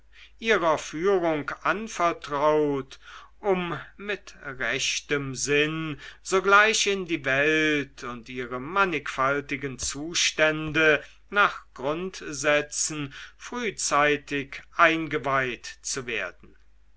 ihrer führung anvertraut um mit rechtem sinn sogleich in die welt und ihre mannigfaltigen zustände nach grundsätzen frühzeitig eingeweiht zu werden